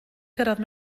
gyrraedd